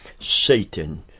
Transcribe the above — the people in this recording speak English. Satan